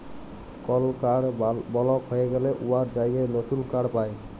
call card block হঁয়ে গ্যালে উয়ার জায়গায় লতুল কাড় পায়